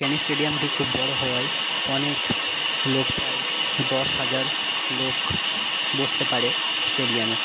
ক্যানিং স্টেডিয়ামটি খুব বড়ো হওয়ায় অনেক লোক প্রায় দশ হাজার লোক বসতে পারে স্টেডিয়ামে